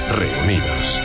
reunidos